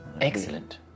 Excellent